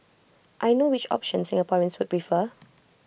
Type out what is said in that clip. I know which option Singaporeans would prefer